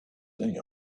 day